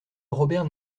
robert